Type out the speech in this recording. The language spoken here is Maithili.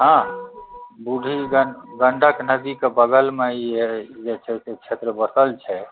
हँ बूढ़ी गण्डक नदीके बगलमे ई जे छै से क्षेत्र बसल छै